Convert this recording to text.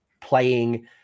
playing